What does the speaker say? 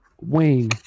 Wayne